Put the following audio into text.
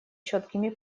четкими